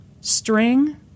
string